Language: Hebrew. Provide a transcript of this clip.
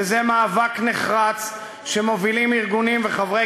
וזה מאבק נחרץ שמובילים ארגונים וחברי